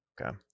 Okay